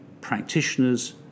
practitioners